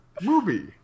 movie